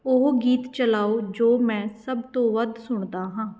ਉਹ ਗੀਤ ਚਲਾਓ ਜੋ ਮੈਂ ਸਭ ਤੋਂ ਵੱਧ ਸੁਣਦਾ ਹਾਂ